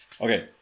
Okay